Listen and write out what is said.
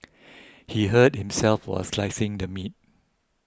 he hurt himself while slicing the meat